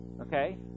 Okay